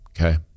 Okay